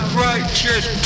righteous